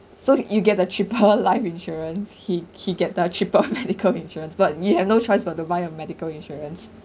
so you get the cheaper life insurance he he get the cheaper medical insurance but you have no choice but to buy a medical insurance